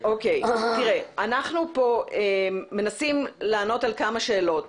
אנחנו פה מנסים לענות על כמה שאלות